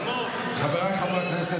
חבריי חברי הכנסת,